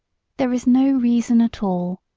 there is no reason at all,